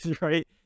right